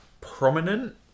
prominent